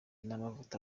n’amavuta